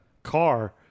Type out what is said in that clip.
car